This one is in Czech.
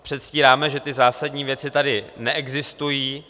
Předstíráme, že ty zásadní věci tady neexistují.